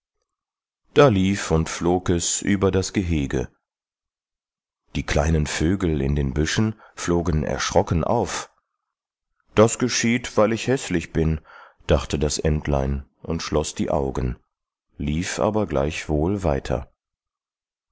da lief und flog es über das gehege die kleinen vögel in den büschen flogen erschrocken auf das geschieht weil ich häßlich bin dachte das entlein und schloß die augen lief aber gleichwohl weiter